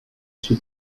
sou